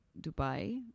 Dubai